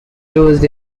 used